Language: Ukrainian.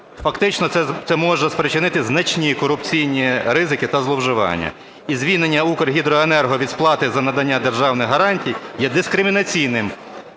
Фактично це може спричинити значні корупційні ризики та зловживання. І звільнення "Укргідроенерго" від сплати за надання державних гарантій є дискримінаційним